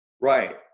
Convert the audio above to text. Right